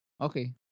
Okay